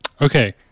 Okay